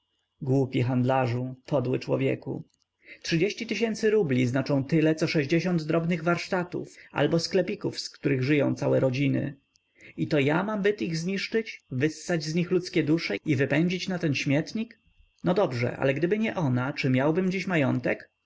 głupi handlarzu podły człowieku trzydzieści tysięcy rubli znaczą tyle co sześćdziesiąt drobnych warsztatów albo sklepików z których żyją całe rodziny i to ja mam byt ich zniszczyć wyssać z nich ludzkie dusze i wypędzić na ten śmietnik no dobrze ale gdyby nie ona czy miałbym dziś majątek